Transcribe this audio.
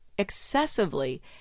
excessively